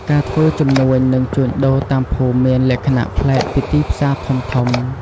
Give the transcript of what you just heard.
ការធ្វើជំនួញនិងជួញដូរតាមភូមិមានលក្ខណៈប្លែកពីទីផ្សារធំៗ។